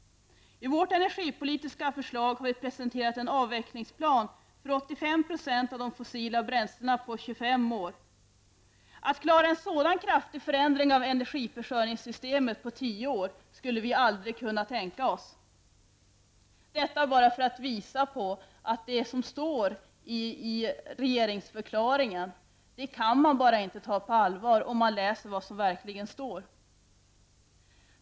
I vårt energipolitiska förslag har vi presenterat en avvecklingsplan för 85 % av de fossila bränslena under 25 år. Att klara av en sådan kraftig förändring av energiförsörjningssystemet på tio år skulle vi aldrig kunna tänka oss. Detta säger jag bara för att visa på att det som står i regeringsförklaringen inte kan tsa på allvar om man läser vad som verkligen står i den.